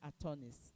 attorneys